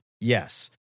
Yes